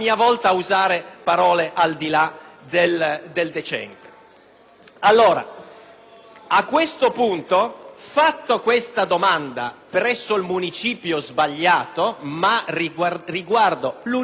A questo punto, fatta questa domanda presso il Municipio sbagliato (ma riguardo l'unità abitativa, il luogo fisico giusto),